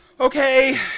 Okay